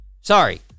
Sorry